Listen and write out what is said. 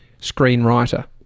screenwriter